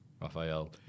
Raphael